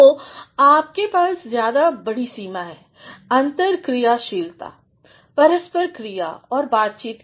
तो आपके पास ज़्यादा बड़ी सीमा है अन्तरक्रियाशीलतापरस्पर क्रियाऔर बातचीत की